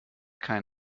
kein